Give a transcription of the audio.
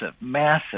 massive